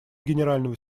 генерального